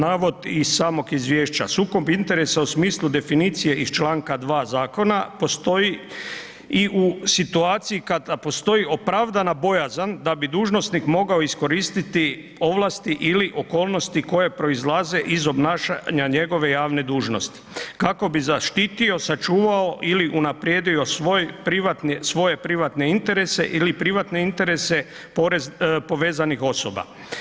Navod iz samog izvješća, sukob interesa u smislu definicije iz Članka 2. zakona postoji i u situaciji kada postoji opravdana bojazan da bi dužnosnik mogao iskoristiti ovlasti ili okolnosti koje proizlaze iz obnašanja njegove javne dužnosti, kako bi zaštitio, sačuvao ili unaprijedio svoj privatni, svoje privatne interese ili privatne interese povezanih osoba.